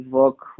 work